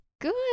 Good